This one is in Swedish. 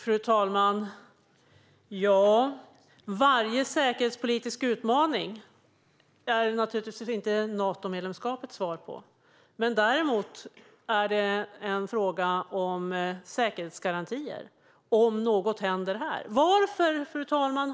Fru talman! Natomedlemskap är naturligtvis inte ett svar på varje säkerhetspolitisk utmaning. Däremot är det en fråga om säkerhetsgarantier om något händer här. Fru talman!